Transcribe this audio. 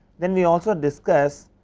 then we also discuss,